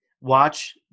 Watch